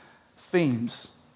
themes